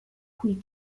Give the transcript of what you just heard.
qui